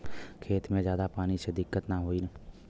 खेत में ज्यादा पानी से दिक्कत त नाही होई?